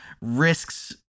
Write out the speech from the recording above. risks